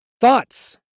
Thoughts